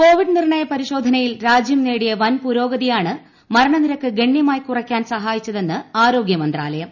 Covid നിർണയ പരിശോധ്നുതിൽ രാജ്യം നേടിയ വൻ പൂരോഗതിയാണ് മരണ നിരക്ക് ഗ്ലണ്യമായി കുറയ്ക്കാൻ സഹാ യിച്ചതെന്ന് ആരോഗൃ മന്ത്രാലൂയം